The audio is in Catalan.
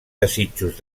desitjos